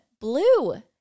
Blue